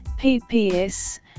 PPS